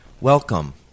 Welcome